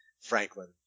Franklin